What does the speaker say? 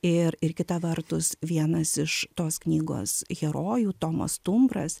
ir ir kita vertus vienas iš tos knygos herojų tomas stumbras